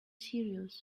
serious